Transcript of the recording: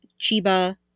Chiba